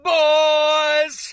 boys